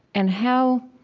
and how